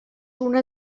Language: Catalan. una